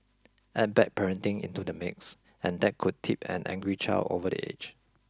add bad parenting into the mix and that could tip an angry child over the edge